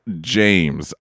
James